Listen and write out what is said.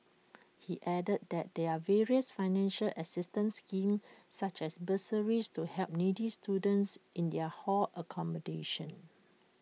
he added that there are various financial assistance schemes such as bursaries to help needy students in their hall accommodation